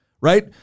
right